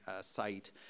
site